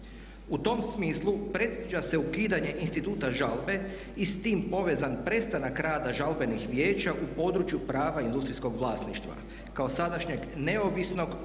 U tom smislu predviđa se ukidanje instituta žalbe i s tim povezan prestanak rada žalbenih vijeća u području prava industrijskog vlasništva kao sadašnjeg neovisnog